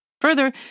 Further